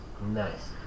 Nice